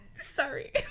Sorry